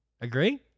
Agree